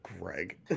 Greg